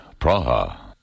Praha